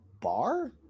bar